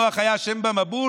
נוח היה אשם במבול?